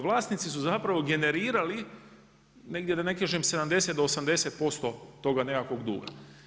Vlasnici su zapravo generirali negdje da ne kažem 70 do 80% toga nekakvog duga.